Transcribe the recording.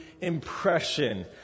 impression